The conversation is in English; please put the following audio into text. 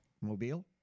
Mobile